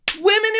women